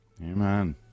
Amen